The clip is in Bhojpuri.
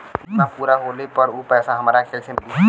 बीमा पूरा होले पर उ पैसा हमरा के कईसे मिली?